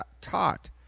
taught